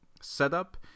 setup